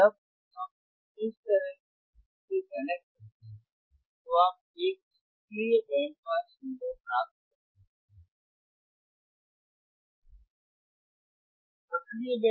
जब आप इस तरह से कनेक्ट करते हैं तो आप एक सक्रिय बैंड पास फिल्टर प्राप्त कर सकते हैं